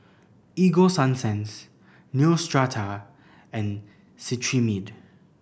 Ego Sunsense Neostrata and Cetrimide